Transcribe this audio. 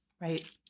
Right